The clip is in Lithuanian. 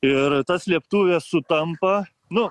ir ta slėptuvė sutampa nu